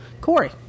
Corey